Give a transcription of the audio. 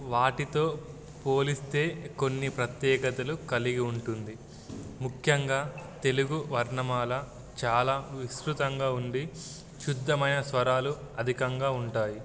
వాటితో పోలిస్తే కొన్ని ప్రత్యేకతలు కలిగి ఉంటుంది ముఖ్యంగా తెలుగు వర్ణమాల చాలా విస్తృతంగా ఉండి శుద్ధమైన స్వరాలు అధికంగా ఉంటాయి